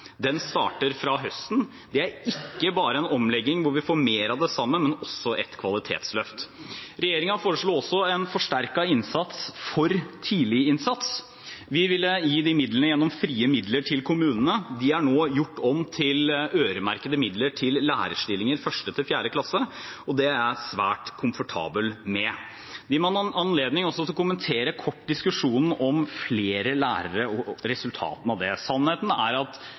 Den starter fra høsten. Det er ikke bare en omlegging hvor vi får mer av det samme, men også et kvalitetsløft. Regjeringen foreslo også en forsterket innsats for tidlig innsats. Vi ville gi de midlene gjennom frie midler til kommunene. De er nå gjort om til øremerkede midler til lærerstillinger i 1.–4. klasse, og det er jeg svært komfortabel med. Det gir meg også en anledning til å kommentere kort diskusjonen om flere lærere og resultatene av det: Sannheten er at